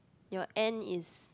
your and is